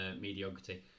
mediocrity